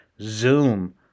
Zoom